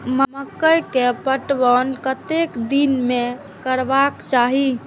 मकेय के पहिल पटवन कतेक दिन में करबाक चाही?